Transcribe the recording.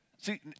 See